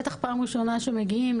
בטח פעם ראשונה שמגיעים,